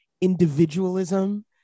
individualism